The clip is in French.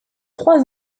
trois